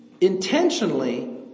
intentionally